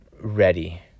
ready